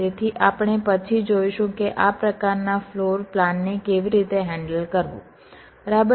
તેથી આપણે પછી જોઈશું કે આ પ્રકારના ફ્લોરપ્લાનને કેવી રીતે હેન્ડલ કરવું બરાબર